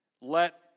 Let